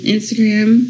Instagram